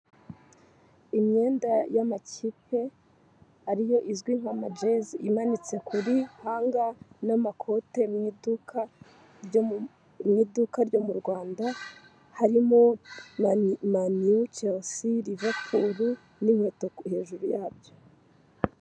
Imyenda y'amakipe ariyo izwi nka majezi, imanitse kuri hanga n'amakote mu iduka ryo mu Rwanda harimo: maniyu, cerisi, rivapuru n'inkweto hejuru yabyo.